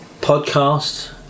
Podcast